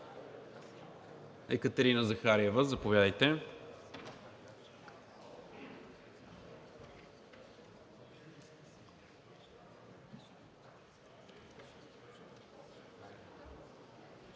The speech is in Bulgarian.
Екатерина Захариева – заповядайте.